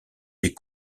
des